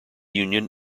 union